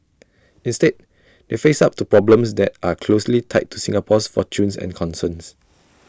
instead they face up to problems that are closely tied to Singapore's fortunes and concerns